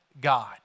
God